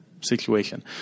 situation